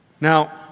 Now